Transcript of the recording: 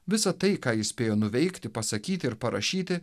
visa tai ką jis spėjo nuveikti pasakyti ir parašyti